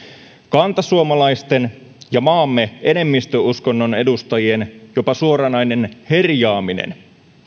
kantasuomalaisten ja maamme enemmistöuskonnon edustajien jopa suoranainen herjaaminen